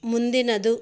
ಮುಂದಿನದು